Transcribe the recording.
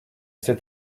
cet